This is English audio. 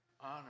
honor